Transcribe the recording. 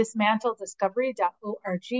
dismantlediscovery.org